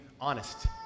honest